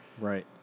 Right